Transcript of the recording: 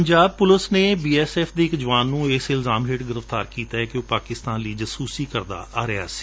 Punjab police ਨੇ B S F ਦੇ ਇਕ ਜਵਾਨ ਨੇ ਇਸ ਇਲਜ਼ਾਮ ਹੇਠ ਗਿ੍ਫ਼ਤਾਰ ਕੀਤੈ ਕਿ ਉਹ ਪਾਕਿਸਤਾਨ ਲਈ ਜਾਸੁਸੀ ਕਰਦਾ ਆ ਰਿਹਾ ਸੀ